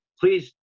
Please